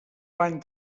van